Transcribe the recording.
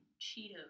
Cheetos